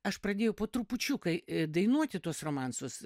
aš pradėjau po trupučiuką dainuoti tuos romansus